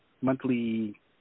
Monthly